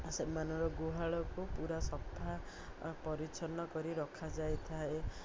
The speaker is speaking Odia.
ସେମାନଙ୍କର ଗୁହାଳକୁ ପୁରା ସଫା ପରିଚ୍ଛନ୍ନ କରି ରଖାଯାଇଥାଏ